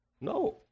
No